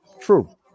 true